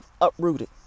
uprooted